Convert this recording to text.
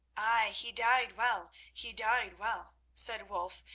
aye, he died well he died well, said wulf,